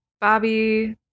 Bobby